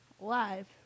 live